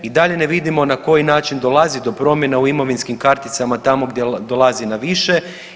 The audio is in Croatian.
I dalje ne vidimo na koji način dolazi do promjena u imovinskim karticama tamo gdje dolazi na više?